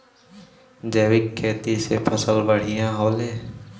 जैविक खेती से फसल बढ़िया होले